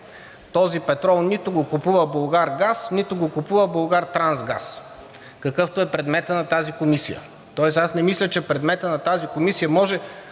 Този петрол нито го купува „Булгаргаз“, нито го купува „Булгартрансгаз“, какъвто е предметът на тази комисия. Тоест аз не мисля, че предметът на тази комисия може